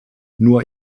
nur